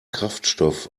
kraftstoff